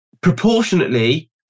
proportionately